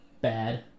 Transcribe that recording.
bad